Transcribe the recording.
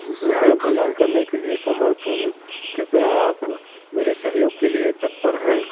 रुपए प्रदान करने के लिए समर्थ हूँ कृपया आप मेरे सहयोग के लिए तत्पर हैं